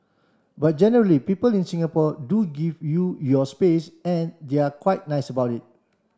but generally people in Singapore do give you your space and they're quite nice about it